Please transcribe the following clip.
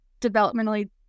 Developmentally